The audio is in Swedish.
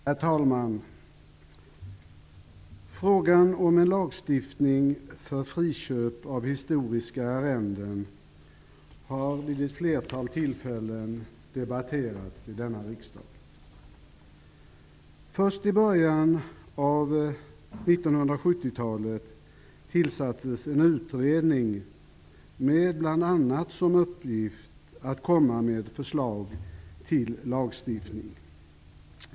Herr talman! Frågan om en lagstiftning för friköp av historiska arrenden har vid ett flertal tillfällen debatterats i denna riksdag. I början av 1970-talet tillsattes en utredning bl.a. med uppgift att komma med ett förslag till lagstiftning.